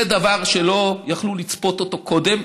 זה דבר שלא יכלו לצפות אותו קודם,